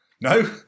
no